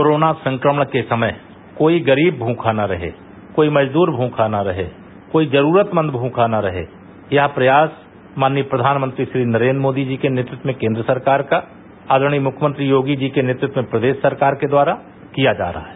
corona संकमण के समय कोई गरीब भूखा न रहे कोई मजदूर भूखा न रहे कोई जरूरतमंद भूखा न रहे यह प्रयास प्रधानमंत्री माननीय नरेन्द्र मोदी जी के नेतृत्व में केन्द्र सरकार का आदरणीय मुख्यमंत्री योगी जी के नेतृत्व में प्रदेश सरकार द्वारा किया जा रहा है